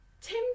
Tim